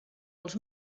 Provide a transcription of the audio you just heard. els